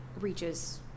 reaches